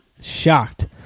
shocked